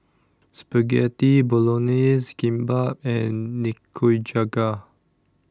Spaghetti Bolognese Kimbap and Nikujaga